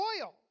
oil